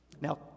Now